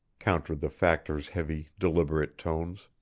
countered the factor's heavy, deliberate tones.